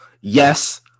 yes